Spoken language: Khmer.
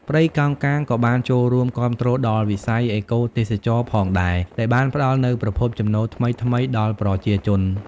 ព្រៃកោងកាងក៏បានចូលរួមគាំទ្រដល់វិស័យអេកូទេសចរណ៍ផងដែរ ដែលបានផ្តល់នូវប្រភពចំណូលថ្មីៗដល់ប្រជាជន។